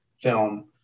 film